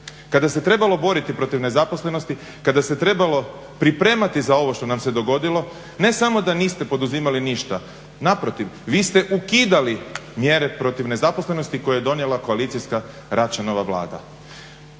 kada se trebalo boriti protiv nezaposlenosti, kada se trebalo pripremati za ovo što nam se dogodilo ne samo da niste poduzimali ništa, naprotiv vi ste ukidali mjere protiv nezaposlenosti koje je donijela koalicijska Račanova vlada.